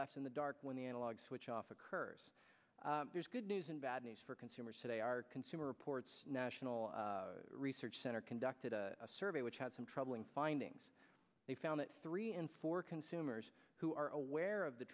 left in the dark when the analog switch off occurs there's good news and bad news for consumers today our consumer reports national research center conducted a survey which had some troubling findings they found that three in four consumers who are aware of the